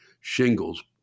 shingles